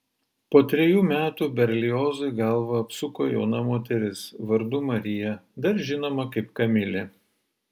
po trejų metų berliozui galvą apsuko jauna moteris vardu marija dar žinoma kaip kamilė